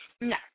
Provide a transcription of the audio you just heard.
No